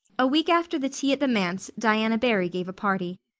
a week after the tea at the manse diana barry gave a party.